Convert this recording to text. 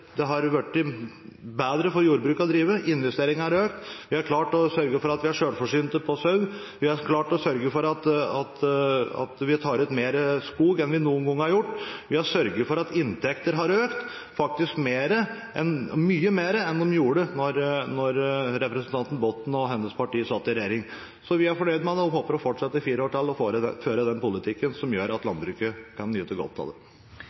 det har blitt bedre å drive jordbruk, investeringene har økt, vi har klart å sørge for at vi er selvforsynte på sau, vi har klart å sørge for at vi tar ut mer skog enn vi noen gang har gjort, og vi har sørget for at inntekter har økt, faktisk mye mer enn de gjorde da representanten Botten og hennes parti satt i regjering. Så vi er fornøyde og håper å fortsette i fire år til med å føre den politikken som landbruket kan nyte godt av.